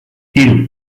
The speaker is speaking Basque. hiru